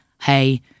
hey